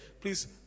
Please